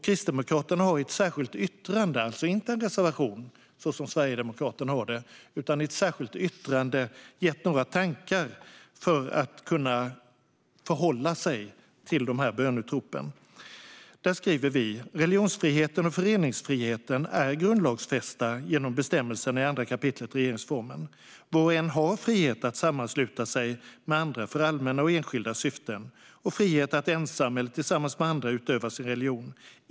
Kristdemokraterna har i ett särskilt yttrande - inte en reservation, så som Sverigedemokraterna har - gett några tankar för att kunna förhålla sig till böneutropen. Vi skriver där: "Religionsfriheten och föreningsfriheten är grundlagsfästa genom bestämmelserna i 2 kap. regeringsformen. Var och en har frihet att sammansluta sig med andra för allmänna eller enskilda syften, och frihet att ensam eller tillsammans med andra utöva sin religion.